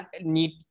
need